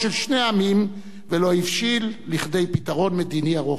העמים ולא הבשיל לכדי פתרון מדיני ארוך טווח.